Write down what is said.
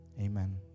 Amen